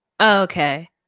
Okay